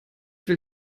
will